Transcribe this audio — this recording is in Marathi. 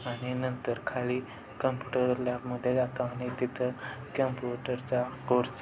आणि नंतर खाली कॅम्प्युटर लॅबमध्ये जातो आणि तिथं कम्प्युटरचा कोर्स